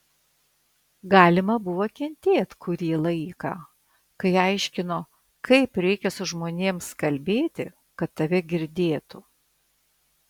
galima buvo kentėt kurį laiką kai aiškino kaip reikia su žmonėms kalbėti kad tave girdėtų